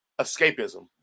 escapism